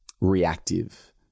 Reactive